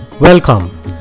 Welcome